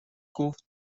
گفت